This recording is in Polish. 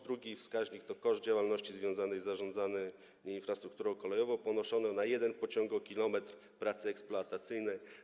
Drugi wskaźnik to koszt działalności związanej z zarządzaniem infrastrukturą kolejową ponoszony na 1 pociągokilometr pracy eksploatacyjnej.